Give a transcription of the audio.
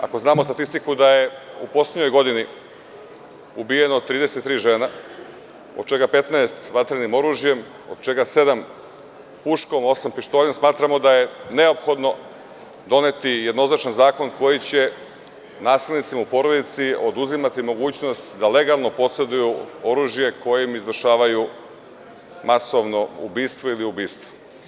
Ako znamo statistiku da je u poslednjoj godini je ubijeno 33 žene, od čega 15 vatrenim oružje, od čega sedam puškom, osam pištoljem, smatramo da je neophodno doneti zakon koji će nasilnicima u porodici oduzimati mogućnost da legalno poseduju oružje kojim izvršavaju masovno ubistvo ili ubistvo.